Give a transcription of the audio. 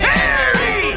Harry